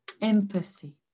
Empathy